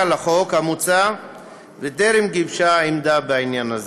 לחוק המוצע וטרם גיבשה עמדה בעניין הזה.